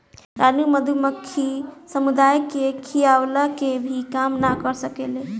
रानी मधुमक्खी समुदाय के खियवला के भी काम ना कर सकेले